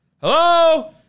Hello